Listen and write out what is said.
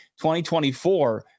2024